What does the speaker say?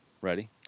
Ready